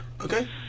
okay